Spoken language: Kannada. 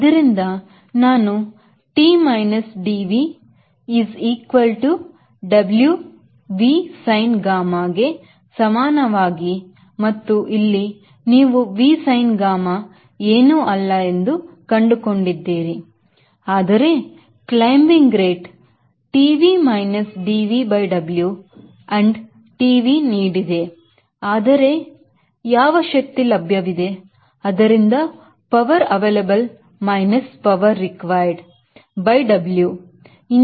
ಆದ್ದರಿಂದ ನಾನು T minus DV is equal to W V sin gamma ಕೆ ಸಮಾನವಾಗಿದೆ ಮತ್ತು ಇಲ್ಲಿ ನೀವು V sin gamma ಏನೂ ಅಲ್ಲ ಎಂದು ಕಂಡು ಕೊಂಡಿದ್ದೀರಿ ಆದರೆ climbing rate TV minus DV by W and TV ನೀಡಿದೆ ಆದರೆ ಯಾವ ಶಕ್ತಿ ಲಭ್ಯವಿದೆ ಆದ್ದರಿಂದ power available minus power required by W